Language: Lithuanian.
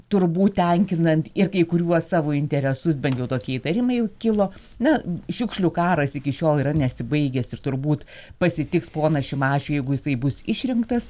turbūt tenkinant ir kai kuriuos savo interesus bent jau tokie įtarimai kilo na šiukšlių karas iki šiol yra nesibaigęs ir turbūt pasitiks poną šimašių jeigu jisai bus išrinktas